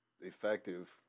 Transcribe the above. effective